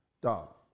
dog